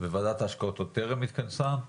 וועדת ההשקעות טרם התכנסה.